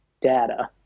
data